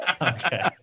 Okay